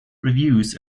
reviews